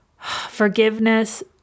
forgiveness